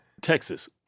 Texas